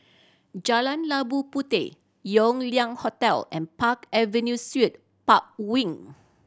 Jalan Labu Puteh Yew Lian Hotel and Park Avenue Suite Park Wing